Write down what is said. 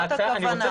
אני רוצה